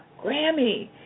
Grammy